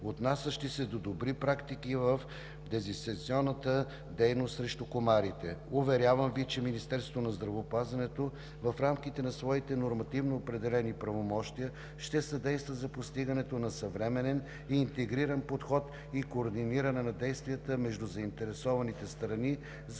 отнасящи се до добри практики в дезинсекцията срещу комарите. Уверявам Ви, че Министерството на здравеопазването в рамките на своите нормативно определени правомощия ще съдейства за постигането на съвременен и интегриран подход и координиране на действията между заинтересованите страни